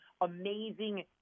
amazing